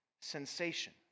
sensation